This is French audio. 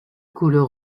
couleur